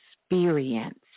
experience